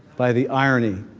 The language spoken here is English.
by the irony.